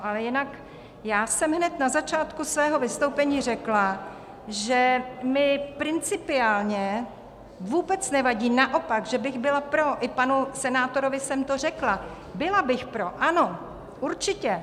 Ale jinak já jsem hned na začátku svého vystoupení řekla, že mi principiálně vůbec nevadí, naopak, že bych byla pro, i panu senátorovi jsem to řekla, byla bych pro, ano, určitě.